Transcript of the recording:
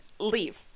Leave